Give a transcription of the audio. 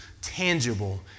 tangible